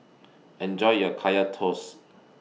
Enjoy your Kaya Toast